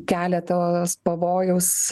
kelia tuos pavojaus